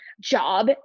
job